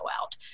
out